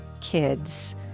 kids